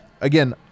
again